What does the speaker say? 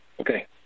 Okay